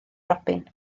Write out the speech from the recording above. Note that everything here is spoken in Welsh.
robin